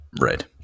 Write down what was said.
right